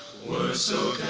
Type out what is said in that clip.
were so